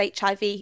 HIV